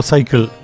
Cycle